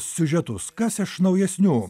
siužetus kas iš naujesnių